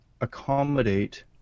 accommodate